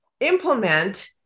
implement